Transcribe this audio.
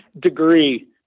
degree